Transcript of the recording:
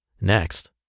Next